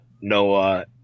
Noah